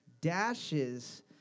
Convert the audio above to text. dashes